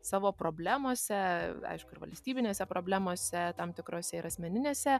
savo problemose aišku ir valstybinėse problemose tam tikrose ir asmeninėse